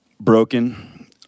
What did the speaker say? broken